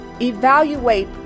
Evaluate